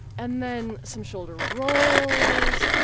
and then some shoulder rolls.